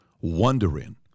wondering